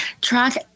Track